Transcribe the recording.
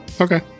okay